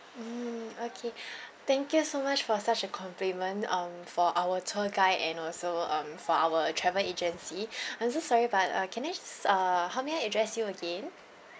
mm okay thank you so much for such a compliment um for our tour guide and also um for our travel agency I'm so sorry but uh can I just uh how may I address you again